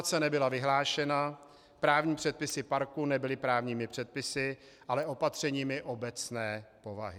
Zonace nebyla vyhlášena, právní předpisy parku nebyly právními předpisy, ale opatřeními obecné povahy.